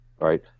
right